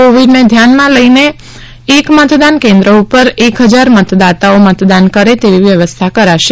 કોવિડને ધ્યાનમાં લઈને એક મતદાન કેન્દ્ર ઉપર એક હજાર મતદાતાઓ મતદાન કરે તેવી વ્યવસ્થા કરાશે